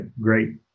great